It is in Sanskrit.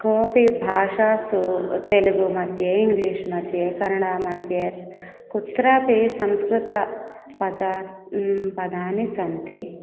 कोऽपि भाषासु तेलुगु मध्ये इङ्ग्लिश् मध्ये कनडा मध्ये कुत्रापि संस्कृतपदानि पदानि सन्ति